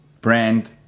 Brand